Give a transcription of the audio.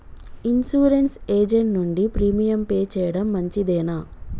Insurance agent నుండి premium pay చేయడం మంచిదేనా?